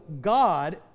God